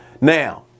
Now